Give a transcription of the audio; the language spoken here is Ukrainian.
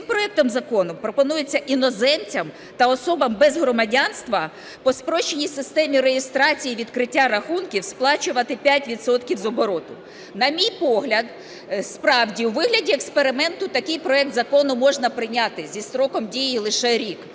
Цим проектом закону пропонується іноземцям та особам без громадянства по спрощеній системі реєстрації відкриття рахунків сплачувати 5 відсотків з обороту. На мій погляд, справді, у вигляді експерименту такий проект закону можна прийняти зі строком дії лише рік.